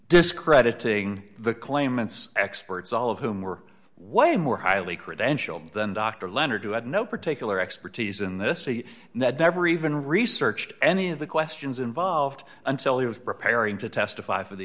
discrediting the claimants experts all of whom were one more highly credentialed than dr leonard who had no particular expertise in this he never even researched any of the questions involved until he was preparing to testify for the